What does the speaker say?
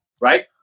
right